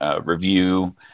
review